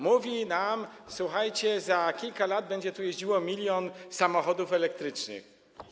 Mówi nam: słuchajcie, za kilka lat będzie tu jeździł milion samochodów elektrycznych.